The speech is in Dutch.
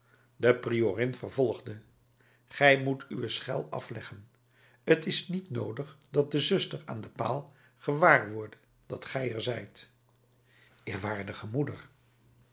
de priorin vervolgde gij moet uwe schel afleggen t is niet noodig dat de zuster aan den paal gewaar worde dat gij er zijt eerwaardige moeder